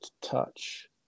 touch